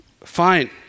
fine